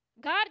God